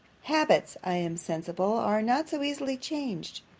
habits, i am sensible, are not so easily changed.